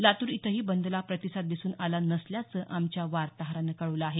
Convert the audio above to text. लातूर इथंही बंदला प्रतिसाद दिसून आला नसल्याचं आमच्या वार्ताहरानं कळवलं आहे